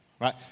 right